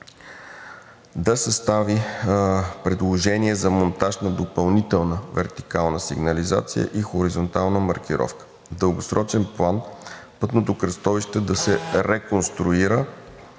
да състави предложение за монтаж на допълнителна вертикална сигнализация и хоризонтална маркировка. В дългосрочен план – пътното кръстовище да се реконструира